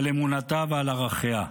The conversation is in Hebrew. על אמונתה ועל ערכיה.